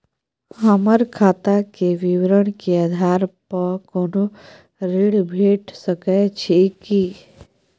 हमर खाता के विवरण के आधार प कोनो ऋण भेट सकै छै की?